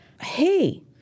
hey